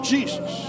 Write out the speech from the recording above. Jesus